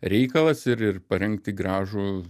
reikalas ir ir parengti gražų